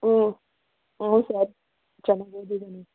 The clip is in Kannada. ಹ್ಞೂ ಹ್ಞೂ ಸರ್ ಚೆನ್ನಾಗಿ ಓದಿದ್ದಾನೆ